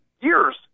Years